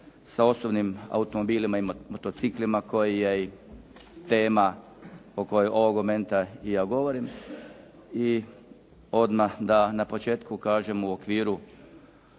sa osobnim automobilima i motociklima koji je i tema o kojoj ovog momenta i ja govorim. I odmah da na početku kažem u okviru